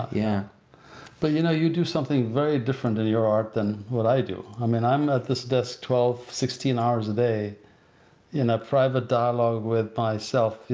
yeah but you know you do something very different in your art than what i do. i mean i'm at this desk twelve, sixteen hours a day in a private dialogue with myself,